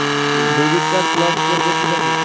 Debit card block করব কিভাবে?